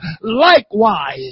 likewise